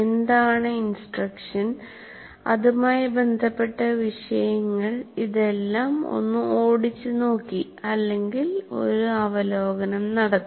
എന്താണ് ഇൻസ്ട്രക്ഷൻ അതുമായിബന്ധപ്പെട്ട വിഷയങ്ങൾ ഇതെല്ലാം ഒന്ന് ഓടിച്ചു നോക്കിഅല്ലെങ്കിൽ ഒരു അവലോകനം നടത്തി